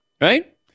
Right